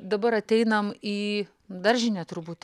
dabar ateinam į daržinę turbūt